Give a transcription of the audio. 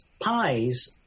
pies